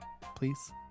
please